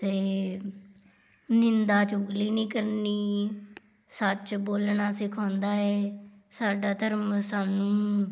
ਅਤੇ ਨਿੰਦਾ ਚੁਗਲੀ ਨਹੀਂ ਕਰਨੀ ਸੱਚ ਬੋਲਣਾ ਸਿਖਾਉਂਦਾ ਹੈ ਸਾਡਾ ਧਰਮ ਸਾਨੂੰ